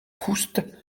proust